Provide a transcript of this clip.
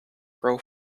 grow